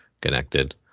connected